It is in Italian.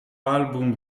album